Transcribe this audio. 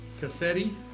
cassetti